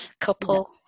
couple